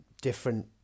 different